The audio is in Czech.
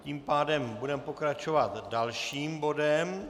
Tím pádem budeme pokračovat dalším bodem.